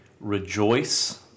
rejoice